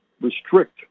restrict